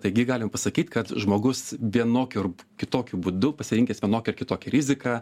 taigi galim pasakyt kad žmogus vienokiu ar kitokiu būdu pasirinkęs vienokią ar kitokią riziką